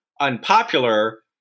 unpopular